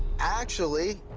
actually,